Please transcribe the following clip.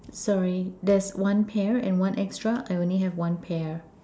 sorry there's one pair and one extra I only have one pair